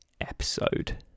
episode